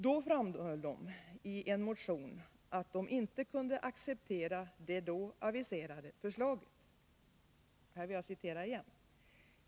Då framhöll de i en motion att de inte kunde acceptera det då aviserade förslaget.